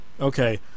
Okay